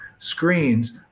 screens